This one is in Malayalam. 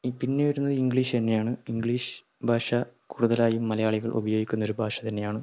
പിന്നെ വരുന്നത് ഇംഗ്ലീഷ് തന്നെയാണ് ഇംഗ്ലീഷ് ഭാഷ കൂടുതലായും മലയാളികൾ ഉപയോഗിക്കുന്നൊരു ഭാഷ തന്നെയാണ്